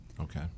Okay